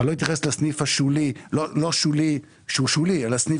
לא אתייחס לסניף השולי לא שולי שהוא שולי אלא סניף